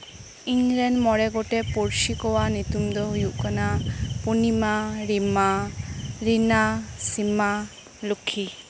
ᱤᱧ ᱨᱮᱱ ᱢᱚᱬᱮ ᱜᱚᱴᱮᱱ ᱯᱩᱲᱥᱤ ᱠᱚᱣᱟᱜ ᱧᱩᱛᱩᱢ ᱫᱚ ᱦᱩᱭᱩᱜ ᱠᱟᱱᱟ ᱯᱩᱨᱱᱤᱢᱟ ᱨᱤᱱᱟ ᱨᱤᱢᱟ ᱥᱤᱢᱟ ᱞᱩᱠᱠᱷᱤ